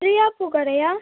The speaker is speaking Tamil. ப்ரியா பூக்கடையா